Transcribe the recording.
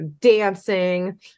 dancing